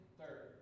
third